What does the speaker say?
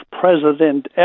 president